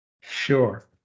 Sure